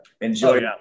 enjoy